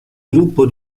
gruppo